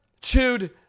chewed